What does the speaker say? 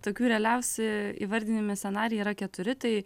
tokių realiausi įvardinami scenarijai yra keturi tai